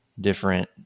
different